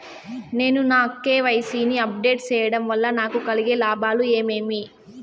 నేను నా కె.వై.సి ని అప్ డేట్ సేయడం వల్ల నాకు కలిగే లాభాలు ఏమేమీ?